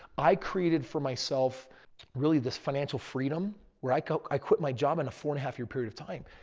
i created for myself really this financial freedom where i quit i quit my job and a four and a half year period of time.